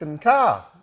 car